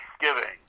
Thanksgiving